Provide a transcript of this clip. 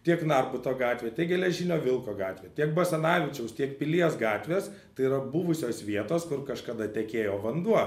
tiek narbuto gatvė geležinio vilko gatvė tiek basanavičiaus tiek pilies gatvės tai yra buvusios vietos kur kažkada tekėjo vanduo